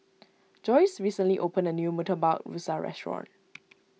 Joye recently opened a new Murtabak Rusa restaurant